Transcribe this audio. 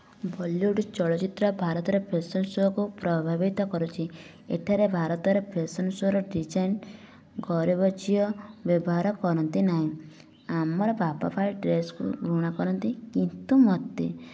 Bollywood ଚଳଚ୍ଚିତ୍ର ଭାରତର fashion ସୋକୁ ପ୍ରଭାବିତ କରୁଛି ଏଠାରେ ଭାରତରେ ଫ୍ୟାଶନ୍ ସୋ ର ଡିଜାଇନ୍ ଗରିବ ଝିଅ ବ୍ୟବହାର କରନ୍ତି ନାହିଁ ଆମର ବାବା ଭାରି ଡ୍ରେସ୍କୁ ଘୃଣା କରନ୍ତି କିନ୍ତୁ ମୋତେ